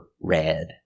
red